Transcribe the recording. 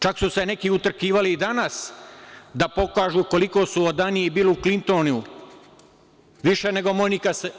Čak su se neki utrkivali i danas da pokažu koliko su odaniji Bilu Klintonu više nego Monika Levinski.